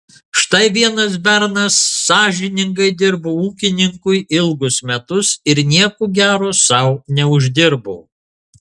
štai vienas bernas sąžiningai dirbo ūkininkui ilgus metus ir nieko gero sau neuždirbo